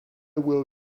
will